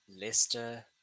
Leicester